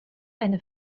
eine